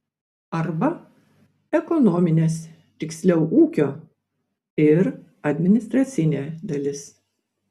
arba ekonominės tiksliau ūkio ir administracinė dalis